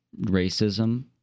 racism